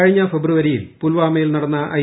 കഴിഞ്ഞ ഫെബ്രുവരിയിൽ പുൽവാമയിൽ നടന്ന ഐ